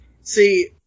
See